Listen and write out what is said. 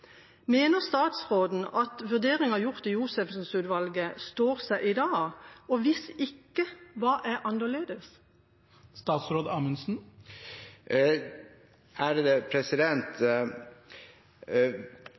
Mener statsråden at vurderingen gjort i Josefsen-utvalget står seg i dag, og hvis ikke, hva er annerledes?